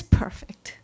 perfect